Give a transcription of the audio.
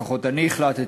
לפחות אני החלטתי,